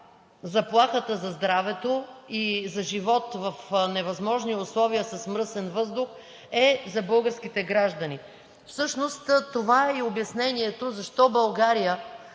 заплахата за здравето и за живот в невъзможни условия с мръсен въздух е за българските граждани. Всъщност това е и обяснението защо България